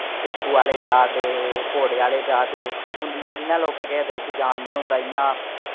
पिट्ठू आह्ले जा दे हे घोड़े आह्ले जा दे हे हून जि'यां जि'यां लोकें केह् आखदे उसी जान नि होंदा इयां